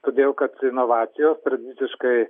todėl kad inovacijos tradiciškai